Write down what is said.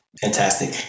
Fantastic